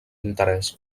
interès